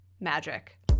magic